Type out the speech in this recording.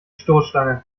stoßstange